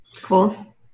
cool